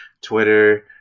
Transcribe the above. Twitter